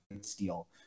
steel